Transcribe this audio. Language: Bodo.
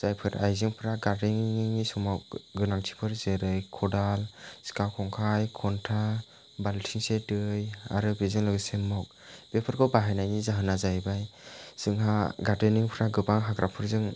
जायफोर आइजेंफ्रा गारदेनिंनि समाव गोनांथिफोर जेरै खदाल सिखा खंखाइ खन्था बालथिंसे दै आरो बेजों लोगोसे मग बेफोरखौ बाहायनायनि जाहोना जाहैबाय जोंहा गारदेनिंफ्रा गोबां हाग्राफोरजों